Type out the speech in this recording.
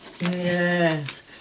Yes